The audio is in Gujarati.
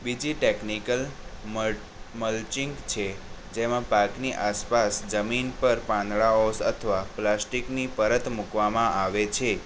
બીજી ટેકનિકલ મલચીંગ છે જેમાં પાકની આસપાસ જમીન પર પાંદડાઓ અથવા પ્લાસ્ટિકની પરત મૂકવામાં આવે છે